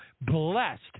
blessed